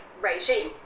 regime